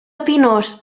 pinós